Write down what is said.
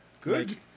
good